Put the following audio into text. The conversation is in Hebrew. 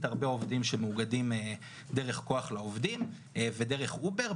הרבה עובדים שמאוגדים דרך כוח לעובדים ודרך אובר.